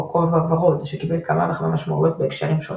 או הביטוי "כובע ורוד" שקיבל כמה וכמה משמעויות בהקשרים שונים,